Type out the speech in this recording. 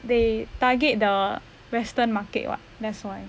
they target the western market [what] that's why